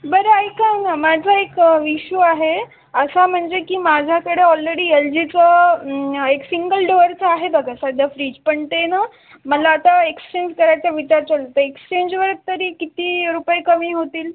बरं ऐका ना माझा एक इशू आहे असा म्हणजे की माझ्याकडे ऑलरेडी एल जी चं एक सिंगल डोअरचं आहे बघा सध्या फ्रीज पण ते नां मला आता एक्सचेंज करायचा विचार चालतं एक्सचेंजवर तरी किती रुपये कमी होतील